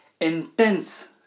intense